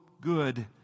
good